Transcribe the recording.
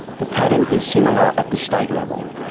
the pattern is similar at the state level.